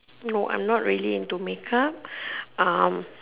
no I am not really into make up